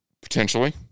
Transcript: Potentially